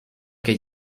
que